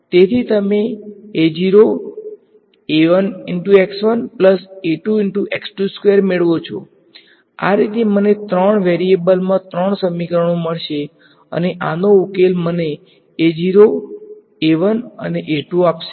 તેથી તમે મેળવો છો આ રીતે મને ત્રણ વેરીએબલ્સમા ત્રણ સમીકરણો મળશે અને આનો ઉકેલ મને આપશે